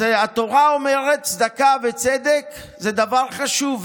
אז התורה אומרת שצדקה וצדק הם דבר חשוב,